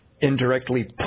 indirectly